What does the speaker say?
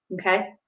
Okay